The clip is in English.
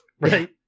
Right